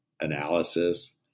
analysis